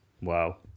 Wow